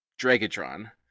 Dragatron